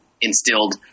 instilled